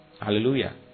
Hallelujah